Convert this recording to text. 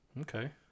Okay